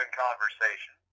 conversation